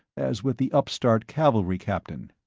as with the upstart cavalry captain.